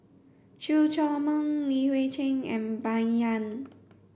Chew Chor Meng Li Hui Cheng and Bai Yan